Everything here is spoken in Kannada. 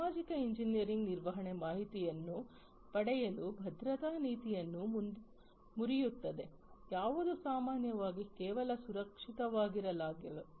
ಸಾಮಾಜಿಕ ಎಂಜಿನಿಯರಿಂಗ್ ನಿರ್ಣಾಯಕ ಮಾಹಿತಿಯನ್ನು ಪಡೆಯಲು ಭದ್ರತಾ ನೀತಿಯನ್ನು ಮುರಿಯುತ್ತದೆ ಯಾವುದು ಸಾಮಾನ್ಯವಾಗಿ ಈಗಾಗಲೇ ಸುರಕ್ಷಿತವಾಗಿರಿಸಲಾಗಿದೆ